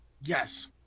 Yes